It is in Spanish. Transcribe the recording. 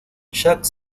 jacques